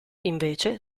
invece